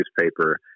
newspaper